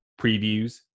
previews